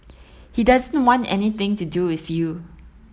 he doesn't want anything to do with you